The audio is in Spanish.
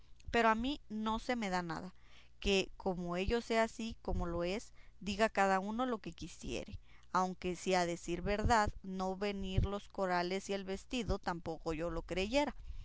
pero a mí no se me da nada que como ello sea así como lo es diga cada uno lo que quisiere aunque si va a decir verdad a no venir los corales y el vestido tampoco yo lo creyera